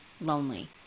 lonely